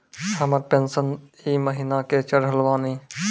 हमर पेंशन ई महीने के चढ़लऽ बानी?